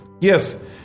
Yes